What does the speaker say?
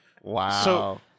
Wow